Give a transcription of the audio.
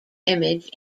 image